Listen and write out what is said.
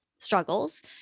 Struggles